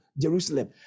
Jerusalem